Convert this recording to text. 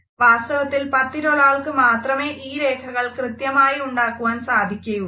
വാസ്തവത്തിൽ പത്തിലൊരാൾക്ക് മാത്രമേ ഈ രേഖകൾ കൃത്രിമമായി ഉണ്ടാക്കുവാൻ സാധിക്കുകയുള്ളു